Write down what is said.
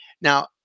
Now